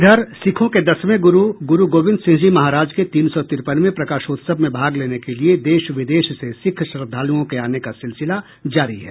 इधर सिखों के दसवें गुरू गुरूगोविंद सिंह जी महाराज के तीन सौ तिरपनवें प्रकाशोत्सव में भाग लेने के लिये देश विदेश से सिख श्रद्दालुओं के आने का सिलसिला जारी है